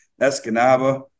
Escanaba